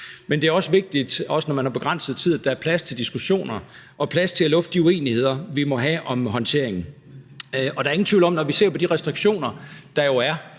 Men det er også vigtigt, også når man har begrænset tid, at der er plads til diskussioner og plads til at lufte de uenigheder, vi må have i forhold til håndteringen af corona. Der er ingen tvivl om, at når vi ser på de restriktioner, der er,